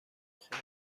خودم